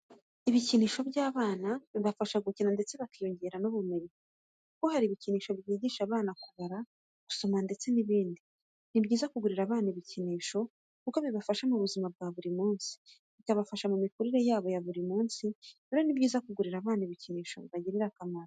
Ibikinisho by'abana bibafasha gukina ndetse bakiyongera n'ubumenyi kuko hari ibikinisho byigisha abana kubara, gusoma ndetde n'ibindi. Ni byiza kugurira abana ibikinisho kuko bibafasha mu buzima bwa buri munsi, bikabafasha mu mikurire yabo ya buri munsi. Rero ni byiza kugurira abana ibikinisho bibagirira akamaro.